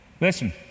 Listen